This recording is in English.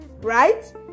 Right